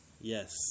Yes